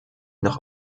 noch